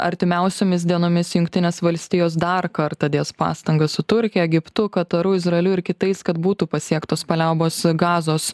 artimiausiomis dienomis jungtinės valstijos dar kartą dės pastangas su turkija egiptu kataru izraeliui ir kitais kad būtų pasiektos paliaubos gazos